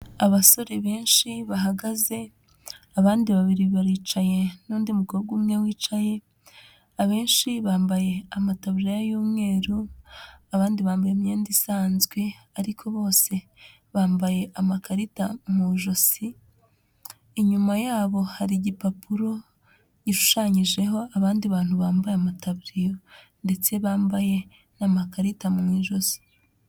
Abasore benshi bahagaze, abandi babiri baricaye n'undi mukobwa umwe wicaye, abenshi bambaye amatabu y'umweru abandi bambaye imyenda isanzwe, ariko bose bambaye amakarita mu ijosi, inyuma yabo hari igipapuro gishushanyijeho abandi bantu bambaye amataburiya ndetse bambaye n'amakarita mu ijosi.